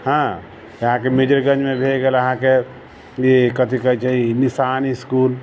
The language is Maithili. हँ यहाँके मेजरगञ्जमे भऽ गेल अहाँके ई कथी कहै छै निस्सान इसकुल